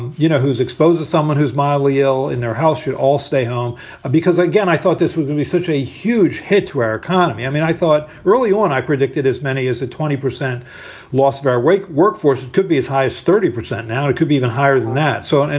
you know, who's exposed to someone who's mildly ill in their house should all stay home because, again, i thought this was gonna be such a huge hit to our economy. i mean, i thought early on i predicted as many as a twenty percent loss, very weak workforce could be as high as thirty percent. now, it could be even higher than that. so, and and